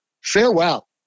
Farewell